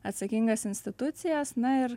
atsakingas institucijas na ir